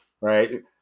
Right